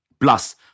Plus